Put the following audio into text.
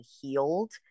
healed